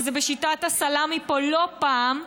וזה בשיטת הסלמי פה לא פעם.